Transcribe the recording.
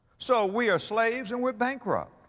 so we are slaves and we're bankrupt.